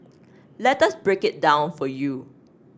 let us break it down for you